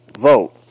Vote